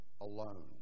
alone